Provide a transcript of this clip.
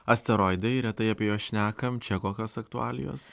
asteroidai retai apie juos šnekam čia kokios aktualijos